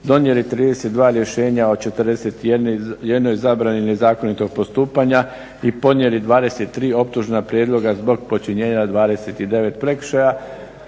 donijeli 32 rješenja od 41 zabrani nezakonitog postupanja i podnijeli 23 optužna prijedloga zbog počinjenja 29 prekršaja